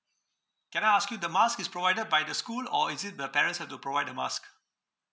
can I ask you the mask is provided by the school or is it the parents have to provide the mask